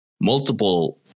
multiple